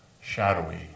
shadowy